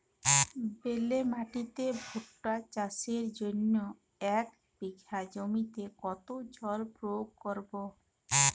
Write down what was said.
বেলে মাটিতে ভুট্টা চাষের জন্য এক বিঘা জমিতে কতো জল প্রয়োগ করব?